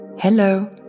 Hello